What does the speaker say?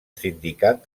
sindicat